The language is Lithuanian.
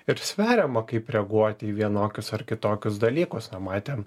ir sveriama kaip reaguoti į vienokius ar kitokius dalykus na matėm